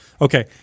Okay